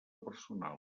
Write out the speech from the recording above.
personals